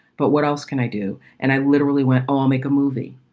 but what else can i do? and i literally went, oh, i'll make a movie,